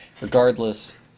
Regardless